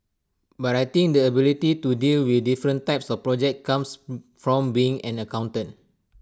but I think the ability to deal with different types of projects comes from being an accountant